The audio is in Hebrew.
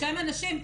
בשם הנשים.